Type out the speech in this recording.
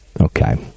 Okay